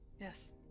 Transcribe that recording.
Yes